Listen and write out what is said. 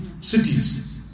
cities